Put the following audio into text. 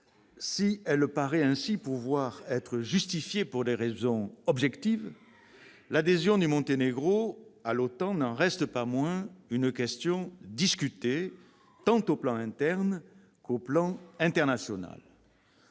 Si elle paraît ainsi pouvoir être justifiée par des raisons objectives, l'adhésion du Monténégro à l'OTAN n'en reste pas moins une question discutée, tant sur le plan interne que sur le plan international.